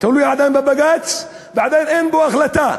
תלוי עדיין בבג"ץ ועדיין אין בו החלטה.